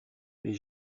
les